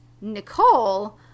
Nicole